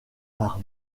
par